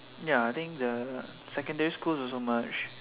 ya I think the secondary schools also merge